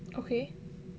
okay